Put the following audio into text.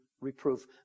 reproof